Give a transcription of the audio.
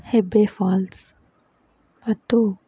Abbey Falls ಮತ್ತು